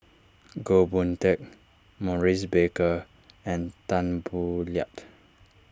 Goh Boon Teck Maurice Baker and Tan Boo Liat